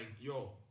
yo